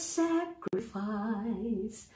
sacrifice